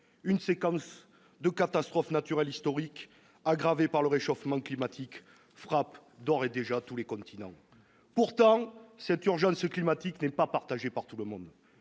une séquence de catastrophes naturelles historiques, aggravées par le réchauffement climatique, frappe d'ores et déjà tous les continents. Pourtant, cette urgence climatique n'est pas partagée par tout le monde.